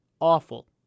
Awful